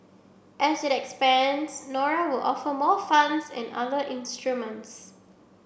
as it expands Nora were offer more funds and other instruments